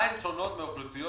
במה הן שונות מאוכלוסיות